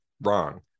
wrong